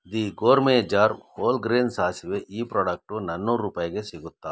the gourmet jar wholegrain ಸಾಸಿವೆ ಈ product ನಾನ್ನೂರು ರೂಪಾಯಿಗೆ ಸಿಗುತ್ತಾ